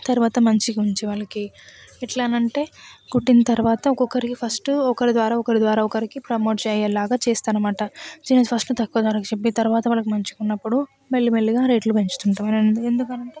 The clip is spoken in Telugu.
తర్వాత మంచిగా ఉంచి వాళ్ళకి ఎట్ల అంటే కుట్టిన తర్వాత ఒక్కొక్కరికి ఫస్ట్ ఒకరి ద్వారా ఒకరి ద్వారా ఒకరికి ప్రమోట్ అయ్యేలాగా చేస్తాను అన్నమాట ఫస్ట్ తక్కువ ధరకి చెప్పి తర్వాత వాళ్ళకి మంచిగా ఉన్నప్పుడు మెల్లమెల్లగా రేట్లు పెంచుతుంటాం ఎందుకంటే ఇప్పుడు